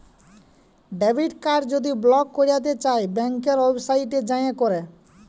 debit card যদি block ক্যইরতে চাই ব্যাংকের ওয়েবসাইটে যাঁয়ে ক্যরে